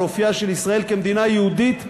אופייה של ישראל כמדינה יהודית ודמוקרטית.